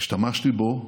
השתמשתי בו לשלילה: